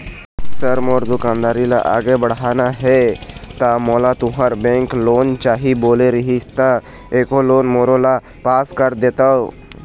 Sir मोर दुकानदारी ला आगे बढ़ाना हे ता मोला तुंहर बैंक लोन चाही बोले रीहिस ता एको लोन मोरोला पास कर देतव?